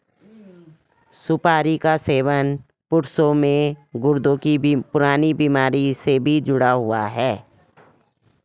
सुपारी का सेवन पुरुषों में गुर्दे की पुरानी बीमारी से भी जुड़ा हुआ है